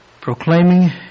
proclaiming